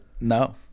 No